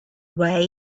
away